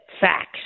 facts